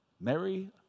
Mary